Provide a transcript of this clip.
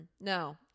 no